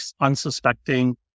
unsuspecting